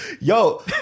Yo